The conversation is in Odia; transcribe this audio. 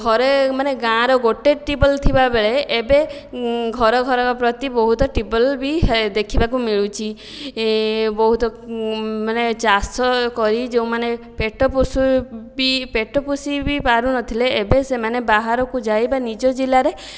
ଘରେ ମାନେ ଗାଁରେ ଗୋଟିଏ ଟ୍ୟୁବ୍ୱେଲ ଥିବାବେଳେ ଏବେ ଘର ଘର ପ୍ରତି ବହୁତ ଟ୍ୟୁବ୍ୱେଲବି ଦେଖିବାକୁ ମିଳୁଛି ବହୁତ ମାନେ ଚାଷ କରି ଯେଉଁମାନେ ପେଟ ପୋଷୁ ବି ପେଟ ପୋଷି ବି ପାରୁନଥିଲେ ଏବେ ସେମାନେ ବାହାରକୁ ଯାଇ ବା ନିଜ ଜିଲ୍ଲାରେ